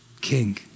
king